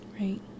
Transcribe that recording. right